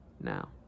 now